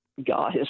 guys